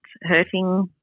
hurting